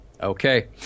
Okay